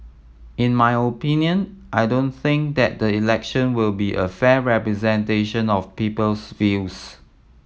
in my opinion I don't think that the election will be a fair representation of people's views